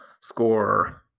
score